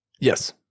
Yes